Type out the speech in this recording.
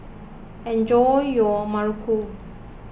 enjoy your Muruku